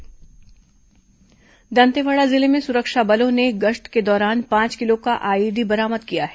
माओवादी आईईडी दंतेवाड़ा जिले में सुरक्षा बलों ने गश्त के दौरान पांच किलो का आईईडी बरामद किया है